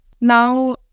Now